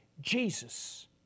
Jesus